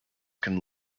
can